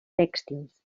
tèxtils